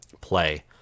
play